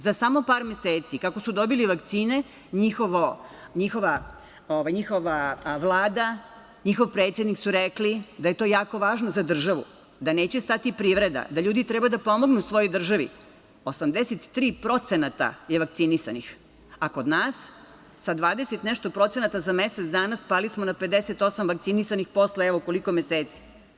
Za samo par meseci kako su dobili vakcine njihova Vlada, njihov predsednik su rekli da je to jako važno za državu, da neće stati privreda, da ljudi treba da pomognu svojoj državi, 83% je vakcinisanih, a kod nas sa 20% i nešto procenata za mesec dana spali smo na 58 vakcinisani posle, evo, koliko meseci.